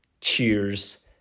cheers